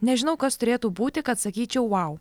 nežinau kas turėtų būti kad sakyčiau vau